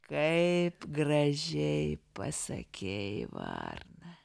kaip gražiai pasakei varna